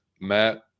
Matt